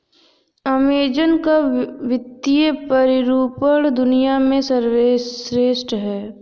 Amazon का वित्तीय प्रतिरूपण दुनिया में सर्वश्रेष्ठ है